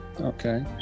okay